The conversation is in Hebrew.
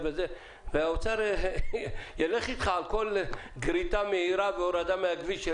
האוצר ילך איתך על כל גריטה מהירה והורדה מהכביש.